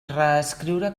reescriure